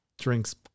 drinks